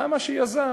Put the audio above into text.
למה שיזם,